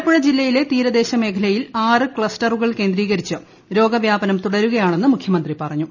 ആലപ്പുഴ ജില്ലയിലെ തീരദേശ മേഖലയിൽ ആറ് ക്ലസ്റ്ററുകൾ കേന്ദ്രീകരിച്ച് രോഗവ്യാപനം തുടരുകയാണെന്ന് മുഖ്യമന്ത്രി പറഞ്ഞു